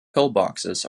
pillboxes